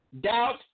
Doubt